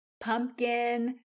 Pumpkin